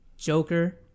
Joker